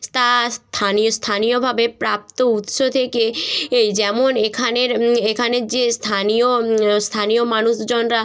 স্থানীয় স্থানীয়ভাবে প্রাপ্ত উৎস থেকে এই যেমন এখানের এখানের যে স্থানীয় স্থানীয় মানুষজনরা